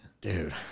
Dude